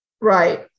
Right